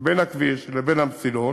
בין הכביש לבין המסילות.